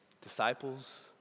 disciples